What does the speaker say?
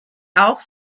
auch